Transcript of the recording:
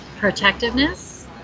protectiveness